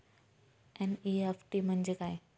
NEFT म्हणजे काय?